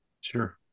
Sure